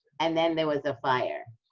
and then there was a fire.